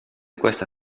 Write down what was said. questa